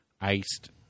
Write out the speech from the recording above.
iced